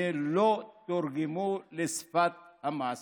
לא תורגמו לשפת המעשה.